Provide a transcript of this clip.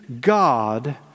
God